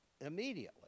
immediately